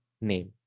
name